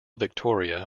victoria